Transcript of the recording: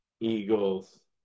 Eagles